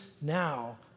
now